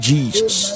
Jesus